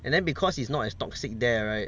and then because it's not as toxic there right